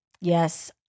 yes